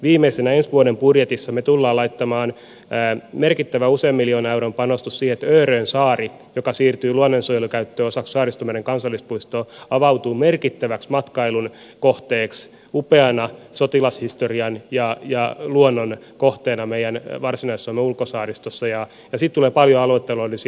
viimeisenä ensi vuoden budjetissa me tulemme laittamaan merkittävän usean miljoonan euron panostuksen siihen että örön saari joka siirtyy luonnonsuojelukäyttöön osaksi saaristomeren kansallispuistoa avautuu merkittäväksi matkailun kohteeksi upeana sotilashistorian ja luonnon kohteena meidän varsinais suomen ulkosaaristossa ja siitä tulee paljon aluetaloudellisia hyötyjä